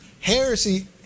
Heresy